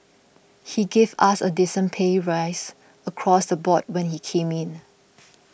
he gave us a decent pay rise across the board when he came in